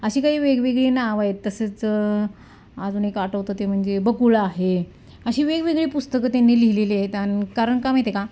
अशी काही वेगवेगळी नाव आहेत तसेच अजून एक आठवतं ते म्हणजे बकुळा आहे अशी वेगवेगळी पुस्तकं त्यांनी लिहिलेली आहेत आणि कारण का माहीत आहे का